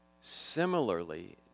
Similarly